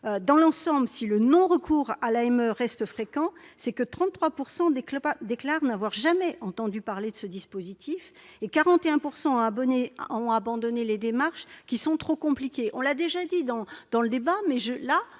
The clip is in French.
Dans l'ensemble, si le non-recours à l'AME reste fréquent, c'est que 33 % déclarent n'avoir jamais entendu parler de ce dispositif, et 41 % ont abandonné les démarches qui sont trop compliquées. Cela a déjà dit dans nos débats, mais je